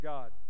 God